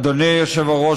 אדוני היושב-ראש,